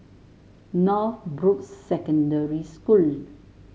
Northbrooks Secondary School